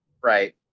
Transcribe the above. Right